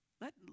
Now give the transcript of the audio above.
Let